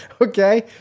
Okay